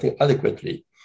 adequately